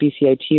BCIT